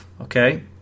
okay